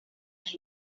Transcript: las